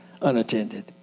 unattended